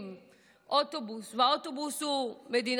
אוטובוס והאוטובוס הוא מדינת ישראל ובתוך